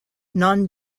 non